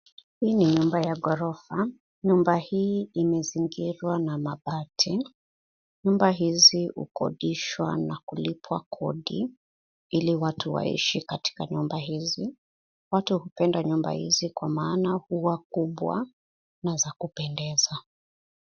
Hii ni nyumba ya ghorofa. Nyumba hii imezingirwa na mabati. Nyumba hizi hukodishwa na kulipwa kodi, ili watu waishi katika nyumba hizi. Watu hupenda nyumba hizi kwa maana huwa kubwa na za kupendeza.